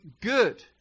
good